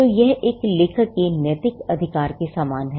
तो यह एक लेखक के नैतिक अधिकार के समान है